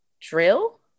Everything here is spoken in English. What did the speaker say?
Drill